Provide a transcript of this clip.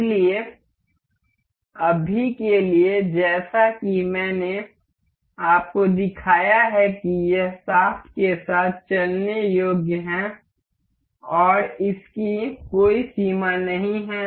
इसलिए अभी के लिए जैसा कि मैंने आपको दिखाया है कि यह शाफ्ट के साथ चलने योग्य है और इसकी कोई सीमा नहीं है